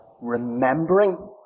remembering